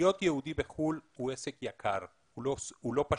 להיות יהודי בחו"ל זה עסק יקר, זה לא פשוט,